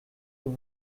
vous